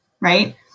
right